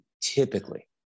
typically